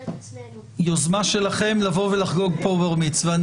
במסגרת --- יוזמה שלכם לבוא ולחגוג פה בר מצווה.